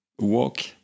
walk